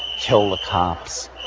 kill the cops,